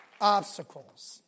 obstacles